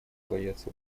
боятся